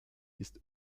ist